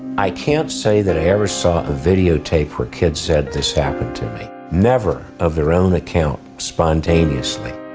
i can't say that i ever saw a video tape where kids said this happened to me. never, of their own account, spontaneously.